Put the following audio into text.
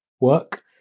work